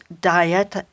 Diet